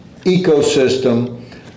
ecosystem